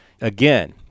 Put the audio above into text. Again